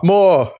More